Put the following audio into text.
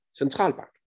centralbank